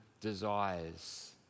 desires